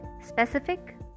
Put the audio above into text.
Specific